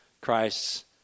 Christ's